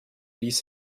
ließ